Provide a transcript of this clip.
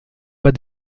pas